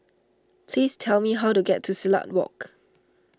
please tell me how to get to Silat Walk